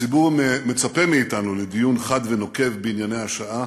הציבור מצפה מאתנו לדיון חד ונוקב בענייני השעה,